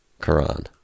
Quran